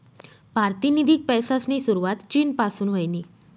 पारतिनिधिक पैसासनी सुरवात चीन पासून व्हयनी